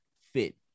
fit